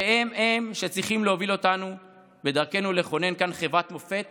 והם-הם שצריכים להוביל אותנו בדרכנו לכונן כאן חברת מופת